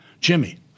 Jimmy